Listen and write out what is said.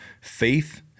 faith